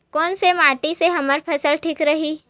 कोन से माटी से हमर फसल ह ठीक रही?